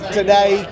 today